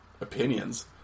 opinions